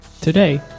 Today